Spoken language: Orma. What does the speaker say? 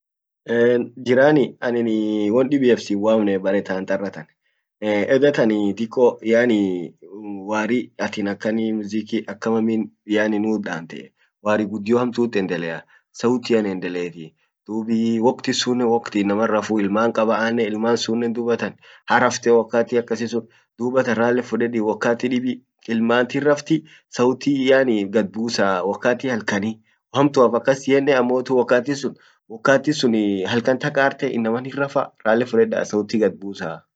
jirani annin won dibbiaf barretant arratan dattan diko yaaani wari attin akkan muziki akkama min yaani nutdantee, warri guddio hamttu endelea s, sautian endeletii dub wokti sunnen wokti innaman rafuu ,ilman kaba annen ilmansunn